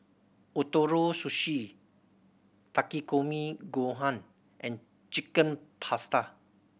Ootoro Sushi Takikomi Gohan and Chicken Pasta